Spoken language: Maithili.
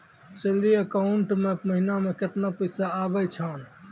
सैलरी अकाउंट मे महिना मे केतना पैसा आवै छौन?